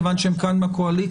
מכיוון שהם כאן מהקואליציה,